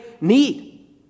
need